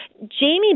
Jamie